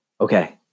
okay